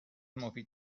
مفید